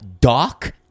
Doc